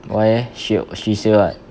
why eh sho~ she say what